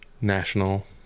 National